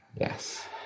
Yes